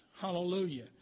Hallelujah